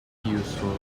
useful